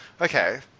Okay